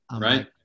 right